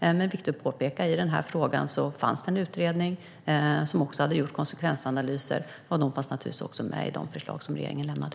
Det är också viktigt att påpeka att det i denna fråga fanns en utredning som innefattade konsekvensanalyser, och de fanns naturligtvis också med i de förslag som regeringen lämnade.